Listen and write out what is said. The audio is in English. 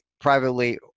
privately